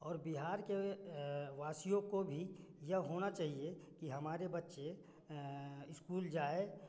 और बिहार के वासियों को भी यह होना चाहिए कि हमारे बच्चे स्कूल जाए